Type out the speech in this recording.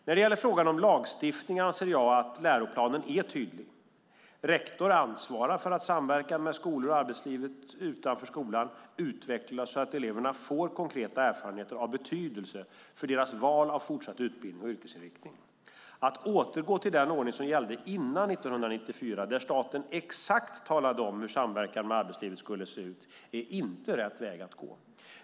När det gäller frågan om lagstiftning anser jag att läroplanen är tydlig: Rektorn ansvarar för att samverkan med skolor och arbetslivet utanför skolan utvecklas så att eleverna får konkreta erfarenheter av betydelse för deras val av fortsatt utbildning och yrkesinriktning. Att återgå till den ordning som gällde före 1994, där staten talade om exakt hur samverkan med arbetslivet skulle se ut, är inte rätt väg att gå.